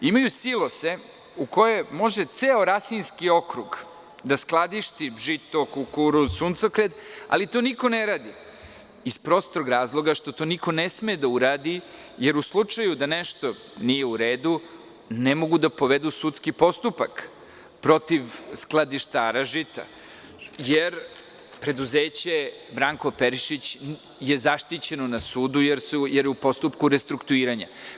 Imaju silose u koje može ceo Rasinski okrug da skladišti žito, kukuruz, suncokret, ali to niko ne radi iz prostog razloga što to niko ne sme da uradi, jer u slučaju da nešto nije u redu ne mogu da povedu sudski postupak protiv skladištara žita jer preduzeće „Branko Perišić“ je zaštićeno na sudu, jer je u postupku restrukturiranja.